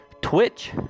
Twitch